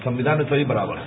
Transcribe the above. संविधान में सभी बराबर है